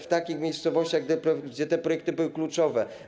W takich miejscowościach, gdzie te projekty były kluczowe.